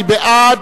מי בעד?